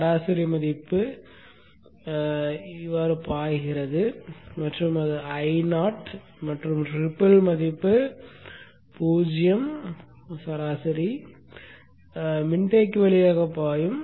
சராசரி மதிப்பு பாய்கிறது மற்றும் அது Io மற்றும் சிற்றலை மதிப்பு 0 சராசரி மின்தேக்கி வழியாக பாயும்